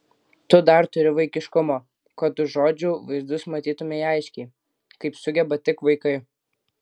tu dar turi vaikiškumo kad už žodžių vaizdus matytumei aiškiai kaip sugeba tik vaikai